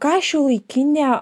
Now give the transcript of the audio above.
ką šiuolaikinė